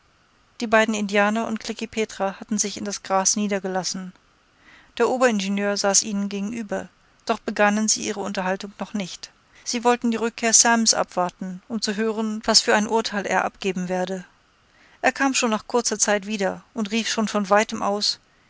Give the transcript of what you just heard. die beiden indianer und klekih petra hatten sich in das gras niedergelassen der oberingenieur saß ihnen gegenüber doch begannen sie ihre unterhaltung noch nicht sie wollten die rückkehr sams abwarten um zu hören was für ein urteil er abgeben werde er kam schon nach kurzer zeit wieder und rief schon von weitem aus